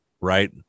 right